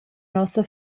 nossa